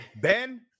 Ben